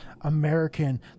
American